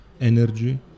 energy